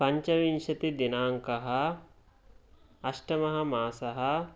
पञ्चविंशतिदिनाङ्कः अष्टममासः